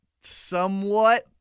somewhat